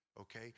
Okay